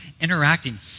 interacting